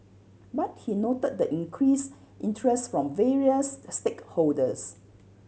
but he noted the increased interest from various stakeholders